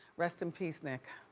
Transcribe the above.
rest in peace, nick.